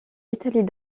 italie